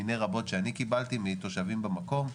מיני רבות שאני קיבלתי מתושבים במקום,